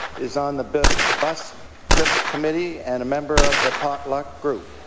is on the bus trip bus trip committee and a member of the pot luck group.